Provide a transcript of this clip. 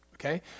Okay